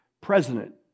president